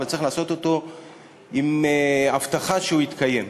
אבל צריך לעשות אותו עם הבטחה שהוא יתקיים,